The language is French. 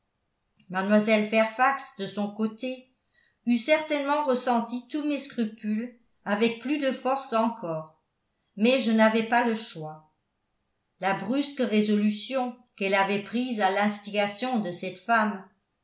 mlle fairfax de son côté eût certainement ressenti tous mes scrupules avec plus de force encore mais je n'avais pas le choix la brusque résolution qu'elle avait prise à l'instigation de cette femme